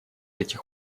этих